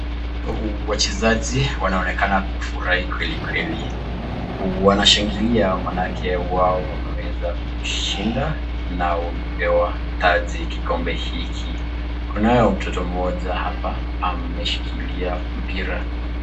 Wachezaji wanaocheza kufurahai kewli kweli, wanashangilia manake wao wameweza kushinda na wamepewa kikombe hiki, kunayo mtoto moja hapa ameshikilia mpira.